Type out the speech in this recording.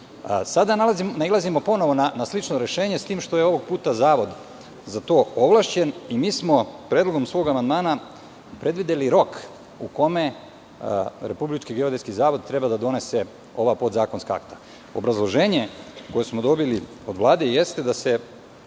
Sada nailazimo ponovo na slično rešenje, s tim što je ovog puta zavod za to ovlašćen i mi smo predlogom svog amandmana predvideli rok u kome Republički geodetski zavod treba da donese ova podzakonska akta. Obrazloženje koje smo dobili od Vlade jeste da se